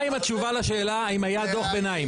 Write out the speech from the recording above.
עם התשובה לשאלה האם היה דוח ביניים?